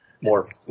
more